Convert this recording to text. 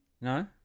No